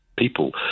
people